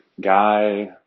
guy